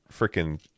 freaking